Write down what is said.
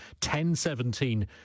10.17